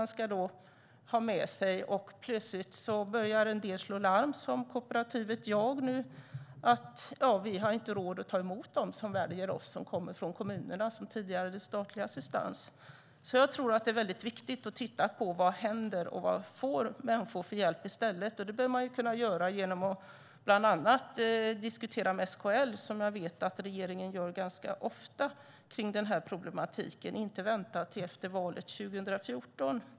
En del har börjat slå larm, till exempel Brukarkooperativet Jag. Brukarkooperativet Jag har konstaterat att de inte har råd att ta emot sådana som kommer från kommunerna som tidigare har haft statlig assistans och som nu väljer kooperativet. Det är viktigt att titta på vad som händer och vilken hjälp människor får i stället. Det kan man göra genom att diskutera dessa problem med bland annat SKL, som jag vet att regeringen gör ofta. Vänta inte till efter valet 2014.